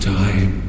time